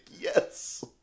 Yes